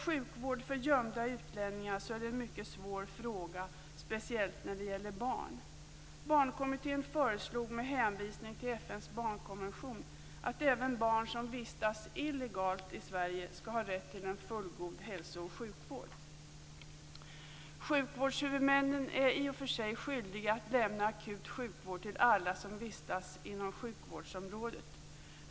Sjukvård för gömda utlänningar är en mycket svår fråga, speciellt när det gäller barn. Barnkommittén föreslog med hänvisning till FN:s barnkonvention att även barn som vistas illegalt i Sverige skall ha rätt till en fullgod hälso och sjukvård. Sjukvårdshuvudmännen är i och för sig skyldiga att lämna akut sjukvård till alla som vistas inom sjukvårdsområdet.